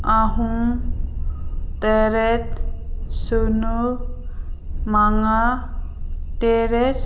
ꯑꯍꯨꯝ ꯇꯔꯦꯠ ꯁꯤꯅꯣ ꯃꯉꯥ ꯇꯔꯦꯠ